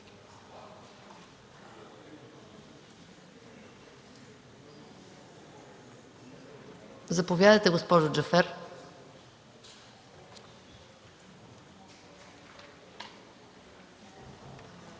Заповядайте, госпожо Джафер.